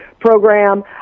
program